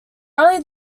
only